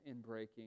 inbreaking